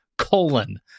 Colon